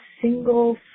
single